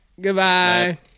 Goodbye